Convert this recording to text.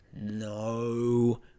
no